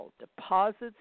deposits